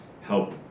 help